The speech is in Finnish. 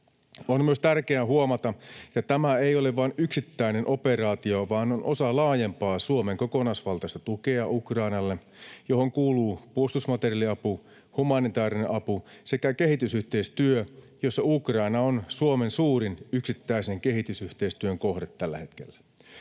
On myös tärkeää huomata, että tämä ei ole vain yksittäinen operaatio vaan osa laajempaa Suomen kokonaisvaltaista tukea Ukrainalle, mihin kuuluu puolustusmateriaaliapu, humanitäärinen apu sekä kehitysyhteistyö, jossa Ukraina on Suomen suurin yksittäisen kehitysyhteistyön kohde tällä hetkellä.